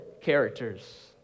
characters